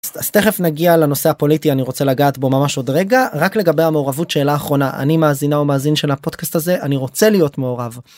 אז תכף נגיע לנושא הפוליטי אני רוצה לגעת בו ממש עוד רגע רק לגבי המעורבות שאלה אחרונה אני מאזינה ומאזין של הפודקאסט הזה אני רוצה להיות מעורב...